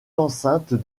enceinte